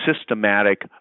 systematic